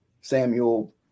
Samuel